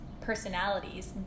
personalities